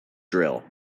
drill